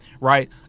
right